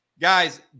Guys